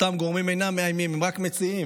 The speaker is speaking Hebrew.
אותם גורמים אינם מאיימים, הם רק "מציעים",